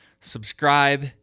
subscribe